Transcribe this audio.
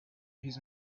his